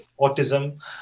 autism